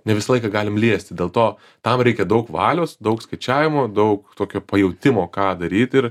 ne visą laiką galim liesti dėl to tam reikia daug valios daug skaičiavimų daug tokio pajautimo ką daryti ir